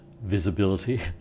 visibility